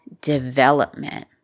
development